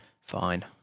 Fine